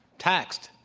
taxed.